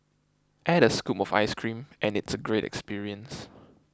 add a scoop of ice cream and it's a great experience